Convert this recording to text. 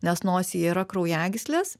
nes nosyje yra kraujagyslės